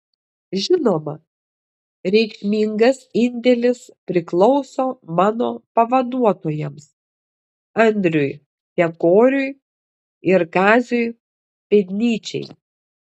žinoma reikšmingas indėlis priklauso mano pavaduotojams andriui tekoriui ir kaziui pėdnyčiai